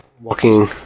walking